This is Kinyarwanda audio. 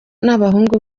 n’abahungu